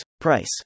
price